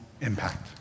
Impact